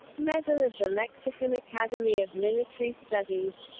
medal of the mexican academy of military studies